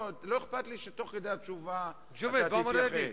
לא אכפת לי שתוך כדי התשובה אתה תתייחס.